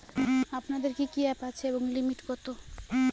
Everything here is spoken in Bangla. আপনাদের কি কি অ্যাপ আছে এবং লিমিট কত?